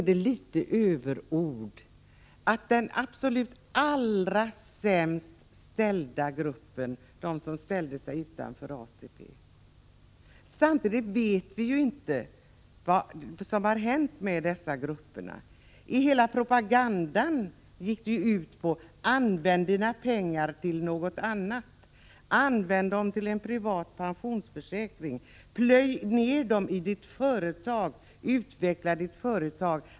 Det är överord, Nils Carlshamre, att säga att de som ställde sig utanför ATP är den allra sämst ställda gruppen. Vi vet inte vad som har hänt med denna grupp. Propagandan gick ju ut på: Använd dina pengar till något annat! Använd pengarna till en privat pensionsförsäkring! Plöj ner pengarna i ditt företag, utveckla ditt företag!